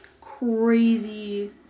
crazy